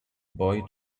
boy